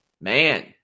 man